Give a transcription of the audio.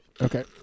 Okay